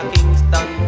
Kingston